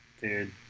Dude